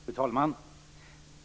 Fru talman!